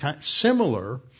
similar